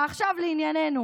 ועכשיו לענייננו.